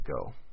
go